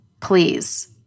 please